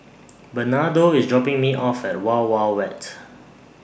Bernardo IS dropping Me off At Wild Wild Wet